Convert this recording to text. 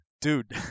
dude